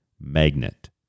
magnet